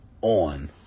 on